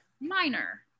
minor